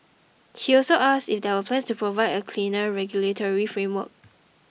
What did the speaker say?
he also asked if there are plans to provide a clearer regulatory framework